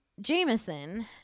Jameson